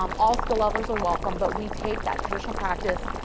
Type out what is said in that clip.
um all skill levels are welcome, but we take that traditional practice.